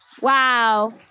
Wow